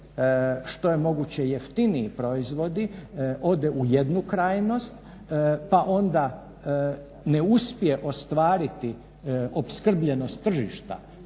što je moguće jeftiniji proizvodi ode u jednu krajnost pa onda ne uspije ostvariti opskrbljenost tržišta